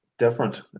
different